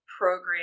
program